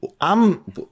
I'm-